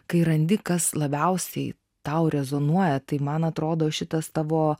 kai randi kas labiausiai tau rezonuoja tai man atrodo šitas tavo